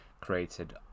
created